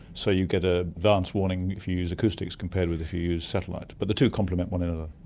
so you get ah advance warning if you use acoustics compared with if you use satellite. but the two complement one another.